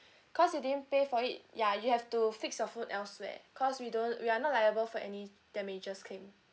cause you didn't pay for it ya you have to fix your phone elsewhere cause we don't we're not liable for any damages claim